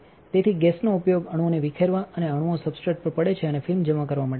તેથી ગેસનો ઉપયોગ અણુઓને વિખેરવા અને અણુઓ સબસ્ટ્રેટ પર પડે છે અને ફિલ્મ જમા કરવા માટે થાય છે